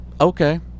okay